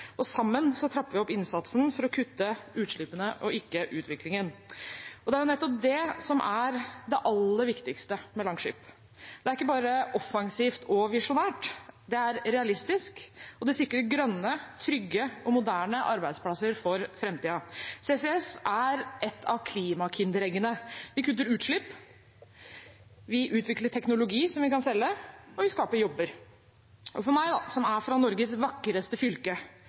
og sammen trapper vi opp innsatsen for å kutte utslippene og ikke utviklingen. Og det er nettopp det som er det aller viktigste med Langskip. Det er ikke bare offensivt og visjonært; det er realistisk, og det sikrer grønne, trygge og moderne arbeidsplasser for framtiden. CCS er et av klimakindereggene: Vi kutter utslipp, vi utvikler teknologi som vi kan selge, og vi skaper jobber. Og for meg som er fra Norges vakreste fylke